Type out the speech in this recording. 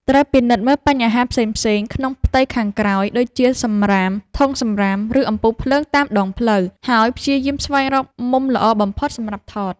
ត្រូវពិនិត្យមើលបញ្ហាផ្សេងៗក្នុងផ្ទៃខាងក្រោយ ដូចជា សំរាម ធុងសំរាម ឬ អំពូលភ្លើងតាមដងផ្លូវ ហើយព្យាយាមស្វែងរកមុំល្អបំផុតសម្រាប់ថត។